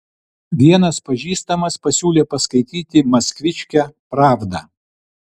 vienas pažįstamas pasiūlė paskaityti maskviškę pravdą